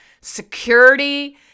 security